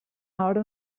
hora